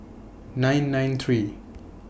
nine nine three